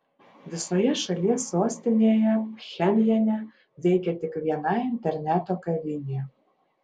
visoje šalies sostinėje pchenjane veikia tik viena interneto kavinė